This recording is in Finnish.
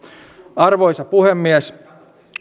arvoisa puhemies